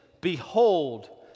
behold